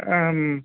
आम्